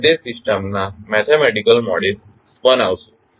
અને તે સિસ્ટમ્સના મેથેમેટિકલ મોડેલ્સ બનાવશું